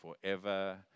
forever